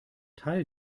teil